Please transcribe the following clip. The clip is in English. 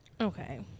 okay